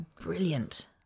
brilliant